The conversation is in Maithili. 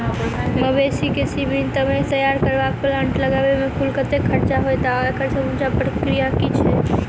मवेसी केँ सीमन तैयार करबाक प्लांट लगाबै मे कुल कतेक खर्चा हएत आ एकड़ समूचा प्रक्रिया की छैक?